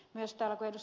kun ed